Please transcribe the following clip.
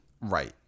right